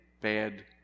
bad